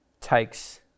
takes